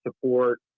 support